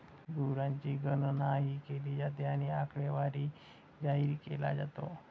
गुरांची गणनाही केली जाते आणि आकडेवारी जाहीर केला जातो